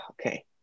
okay